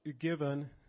given